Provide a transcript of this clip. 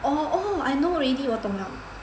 orh oh I know already 我懂了